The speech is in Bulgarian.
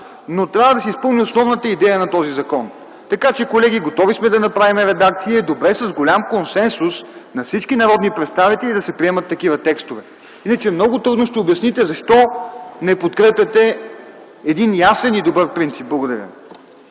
но трябва да се изпълни основната идея на този закон. Така че, колеги, готови сме да направим редакция и е добре с голям консенсус, на всички народни представители, да се приемат такива текстове. Иначе много трудно ще обясните защо не подкрепяте един ясен и добър принцип. Благодаря.